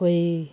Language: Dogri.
कोई